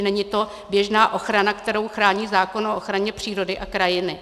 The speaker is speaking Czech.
Není to běžná ochrana, kterou chrání zákon o ochraně přírody a krajiny.